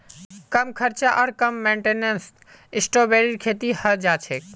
कम खर्च आर कम मेंटेनेंसत स्ट्रॉबेरीर खेती हैं जाछेक